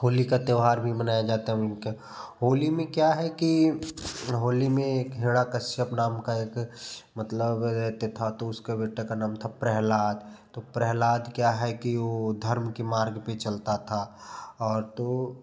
होली का का त्योहार भी मनाया जाता है उनका होली में क्या है कि होली में एक हिरण्यकश्यप नाम का एक मतलब दैत्य था तो उसके बेटे का नाम था प्रह्लाद तो प्रह्लाद क्या है कि वो धर्म के मार्ग पे चलता था और तो